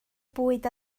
bwyd